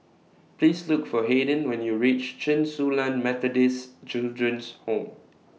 Please Look For Hayden when YOU REACH Chen Su Lan Methodist Children's Home